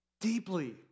deeply